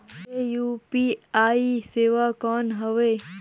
ये यू.पी.आई सेवा कौन हवे?